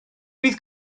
bydd